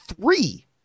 three